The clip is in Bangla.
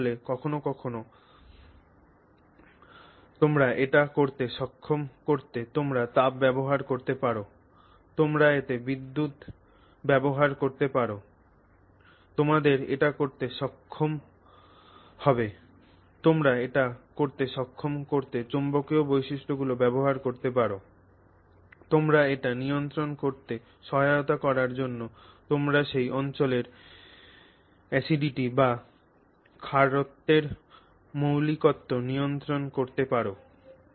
তারা আসলে কখনও কখনও আপনি এটি করতে সক্ষম করতে আপনি তাপ ব্যবহার করতে পারেন আপনি এতে বিদ্যুত ব্যবহার করতে পারেন আপনাকে এটি করতে সক্ষম করুন আপনি এটি করতে সক্ষম করতে চৌম্বকীয় বৈশিষ্ট্যগুলি ব্যবহার করতে পারেন আপনি এটি নিয়ন্ত্রণ করতে সহায়তা করার জন্য আপনি সেই অঞ্চলের অ্যাসিডিটি বা ক্ষারত্বের মৌলিকত্ব নিয়ন্ত্রণ করতে পারেন